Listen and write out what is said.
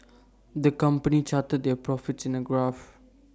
the company charted their profits in A graph